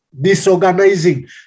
disorganizing